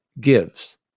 gives